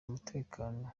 umutekano